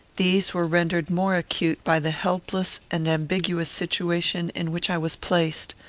these were rendered more acute by the helpless and ambiguous situation in which i was placed.